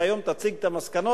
שהיום תציג את המסקנות,